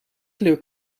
kleur